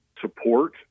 support